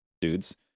dudes